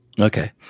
Okay